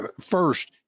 First